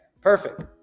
perfect